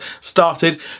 started